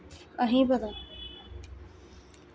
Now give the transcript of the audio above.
असेंगी पता